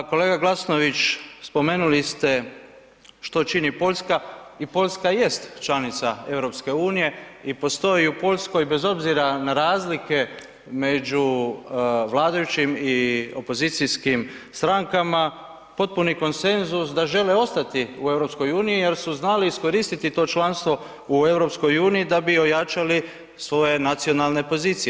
Pa kolega Glasnović, spomenuli ste što čini Poljska i Poljska jest članica EU i postoji u Poljskoj, bez obzira na razlike među vladajućim i opozicijskim strankama potpuni konsenzus da žele ostati u EU jer su znali iskoristiti to članstvo u EU da bi ojačali svoje nacionalne pozicije.